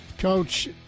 Coach